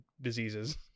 diseases